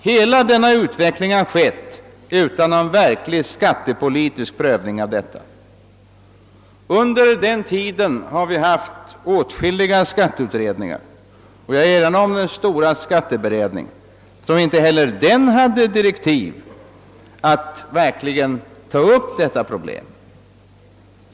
Hela denna utveckling har ägt rum utan att det förekommit någon verklig prövning av de skattepolitiska synpunkterna i sammanhanget. Under denna tid har det verkställts åtskilliga skatteutredningar, men inte ens den stora skatteberedningen hade enligt sina direktiv att ta upp detta problem.